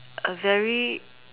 A very